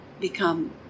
become